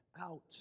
out